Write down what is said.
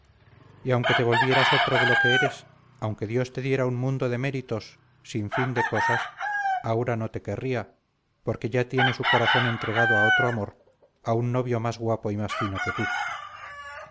y aunque te volvieras otro de lo que eres aunque dios te diera un mundo de méritos sin fin de cosas aura no te querría porque ya tiene su corazón entregado a otro amor a un novio más guapo y más fino que tú